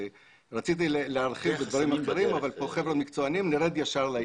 רציתי להרחיב בדברים אחרים אבל פה החבר'ה מקצוענים אז נרד ישר לעניין.